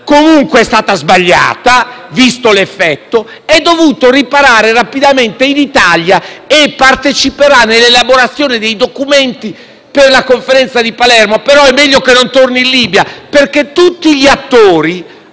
(comunque sbagliata, visto l'effetto), egli è dovuto riparare rapidamente in Italia. Parteciperà all'elaborazione dei documenti della Conferenza di Palermo, ma è meglio che non torni in Libia, perché tutti gli attori